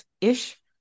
ish